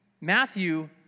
Matthew